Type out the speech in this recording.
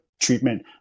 treatment